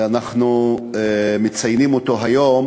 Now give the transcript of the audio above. אנחנו מציינים אותו היום,